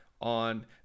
on